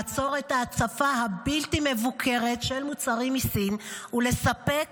לעצור את ההצפה הבלתי-מבוקרת של מוצרים מסין ולספק